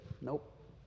nope